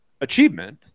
achievement